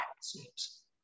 seems